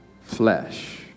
flesh